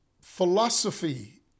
philosophy